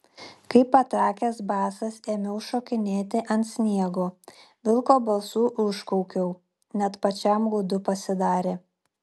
kaip patrakęs basas ėmiau šokinėti ant sniego vilko balsu užkaukiau net pačiam gūdu pasidarė